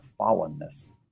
fallenness